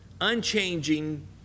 unchanging